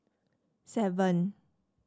seven